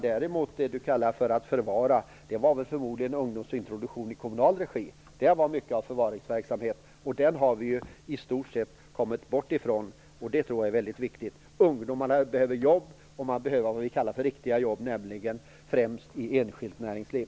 Däremot var ungdomsintroduktionen i kommunal regi mycket av förvaringsverksamhet. Den har vi i stort sett kommit bort från, och det är mycket viktigt. Ungdomarna behöver jobb, och de behöver s.k. riktiga jobb, nämligen främst i enskilt näringsliv.